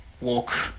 walk